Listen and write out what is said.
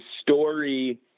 story